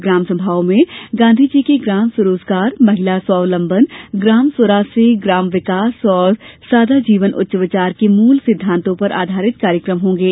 ग्राम सभाओं में गाँधी जी के ग्राम स्वरोजगार महिला स्वावलम्बन ग्राम स्वराज से ग्राम्य विकास तथा सादा जीवन उच्च विचार के मूल सिद्धांतों पर आधारित कार्यक्रम होंगे